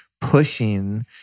pushing